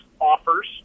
offers